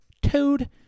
toad